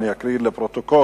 אני אקריא לפרוטוקול: